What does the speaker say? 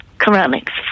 ceramics